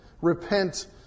repent